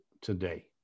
today